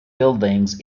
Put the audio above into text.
buildings